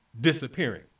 disappearing